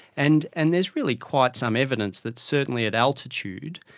and and there is really quite some evidence that certainly at altitude,